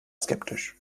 skeptisch